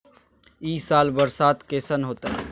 ई साल बरसात कैसन होतय?